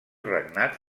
regnat